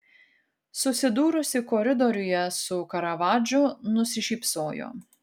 susidūrusi koridoriuje su karavadžu nusišypsojo